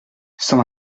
cent